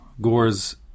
gores